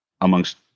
amongst